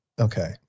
okay